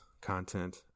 content